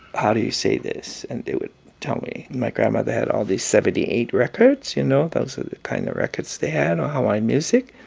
how do you say this? and they would tell me. my grandmother had all these seventy eight records, you know? those were the kind of records they had on hawaiian music.